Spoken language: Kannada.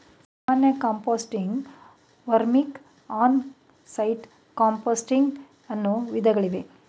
ಸಾಮಾನ್ಯ composting, vermic, on site composting ಅನ್ನೂ ವಿಧಗಳಿವೆ